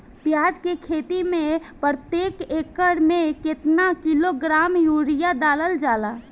प्याज के खेती में प्रतेक एकड़ में केतना किलोग्राम यूरिया डालल जाला?